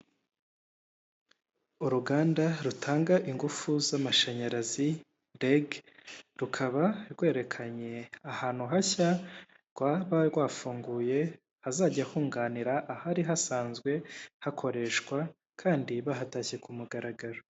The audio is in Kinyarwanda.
Uruganda rutanga ingufu z'amashanyarazi REG, rukaba rwerekanye ahantu hashya rwaba rwafunguye hazajya hunganira ahari hasanzwe hakoreshwa, kandi bahatashye ku mugaragaro.